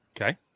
Okay